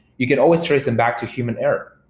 we can always trace them back to human error.